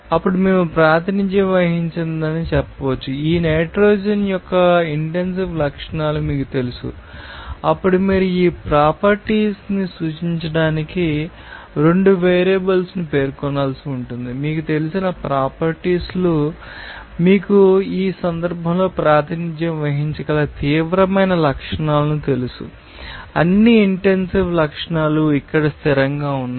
అప్పుడు మేము ప్రాతినిధ్యం వహించమని చెప్పవచ్చు ఈ నైట్రోజన్ యొక్క ఇంటెన్సివ్ లక్షణాలు మీకు తెలుసు అప్పుడు మీరు ఈ ప్రాపర్టీస్ ని సూచించడానికి రెండు వేరియబుల్స్ను పేర్కొనవలసి ఉంటుంది మీకు తెలిసిన ప్రాపర్టీస్ లు మీకు ఈ సందర్భంలో ప్రాతినిధ్యం వహించగల తీవ్రమైన లక్షణాలను తెలుసు అన్ని ఇంటెన్సివ్ లక్షణాలు ఇక్కడ స్థిరంగా ఉన్నాయి